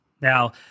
Now